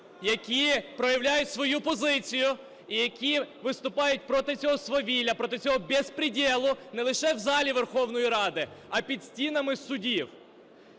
які проявляють свою позицію і які виступають проти цього свавілля, проти цього беспределу не лише в залі Верховної Ради, а і під станами судів.